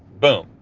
boom.